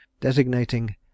designating